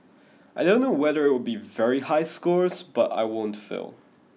I don't know whether it'll be very high scores but I won't fail